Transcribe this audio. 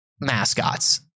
mascots